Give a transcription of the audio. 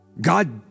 God